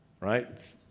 right